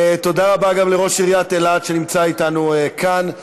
תודה רבה גם לראש עיריית אילת, שנמצא אתנו כאן.